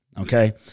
Okay